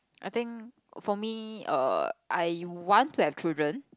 I think for me err I want to have children